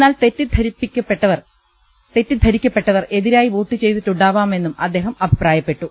എന്നാൽ തെറ്റിദ്ധരിക്കപ്പെട്ടവർ എതിരായി പ്പോട്ടുചെയ്തിട്ടുണ്ടാവാമെന്നും അദ്ദേഹം അഭിപ്രായപ്പെട്ടു